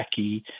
wacky